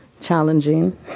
challenging